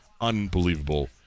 Unbelievable